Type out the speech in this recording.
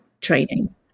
training